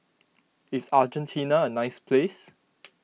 is Argentina a nice place